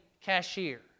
cashier